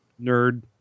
Nerd